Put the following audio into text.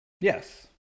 yes